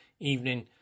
evening